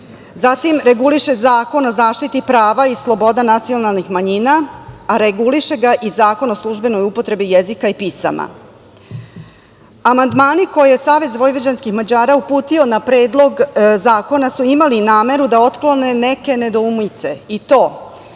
Zatim, reguliše Zakon o zaštiti prava i sloboda nacionalnih manjina, a reguliše ga i Zakon o službenoj upotrebi jezika i pisama. Amandmani koje je SVM uputio na Predlog zakona su imali nameru da otklone neke nedoumice i to